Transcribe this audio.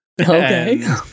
okay